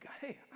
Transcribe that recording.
Hey